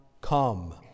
come